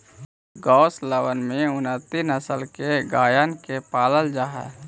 गौशलबन में उन्नत नस्ल के गइयन के पालल जा हई